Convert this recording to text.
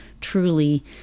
truly